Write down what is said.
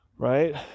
Right